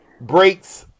breaks